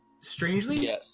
Strangely